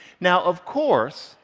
now of course,